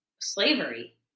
slavery